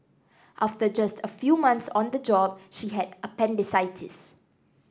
after just a few months on the job she had appendicitis